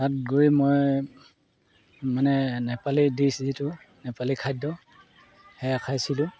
তাত গৈ মই মানে নেপালী ডিছ যিটো নেপালী খাদ্য সেয়া খাইছিলোঁ